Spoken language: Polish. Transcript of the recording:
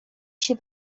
się